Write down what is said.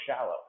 shallow